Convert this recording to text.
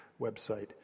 website